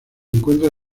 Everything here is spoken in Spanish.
encuentra